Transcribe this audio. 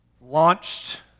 launched